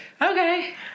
okay